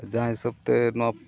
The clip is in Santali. ᱡᱟᱦᱟᱸ ᱦᱤᱥᱟᱹᱵᱽ ᱛᱮ ᱱᱚᱣᱟ